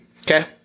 okay